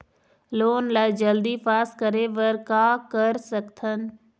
Loan ला जल्दी pass करे बर का कर सकथन?